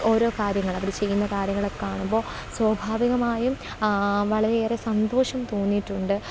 ഓരോ കാര്യങ്ങൾ അവർ ചെയ്യുന്ന കാര്യങ്ങളൊക്കെക്കാണുമ്പോൾ സ്വാഭാവികമായും വളരെയേറെ സന്തോഷം തോന്നിയിട്ടുണ്ട്